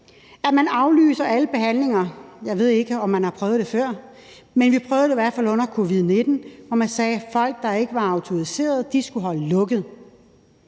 at man aflyser alle behandlinger. Jeg ved ikke, om vi har prøvet det før, men vi prøvede det i hvert fald under covid-19, hvor man sagde, at folk, der ikke var autoriserede, skulle holde lukket